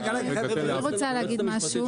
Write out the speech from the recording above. אני רוצה להגיד משהו.